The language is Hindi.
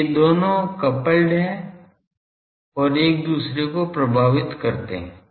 तो ये दोनों कपल्ड हैं और एक दूसरे को प्रभावित करता है